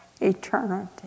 eternity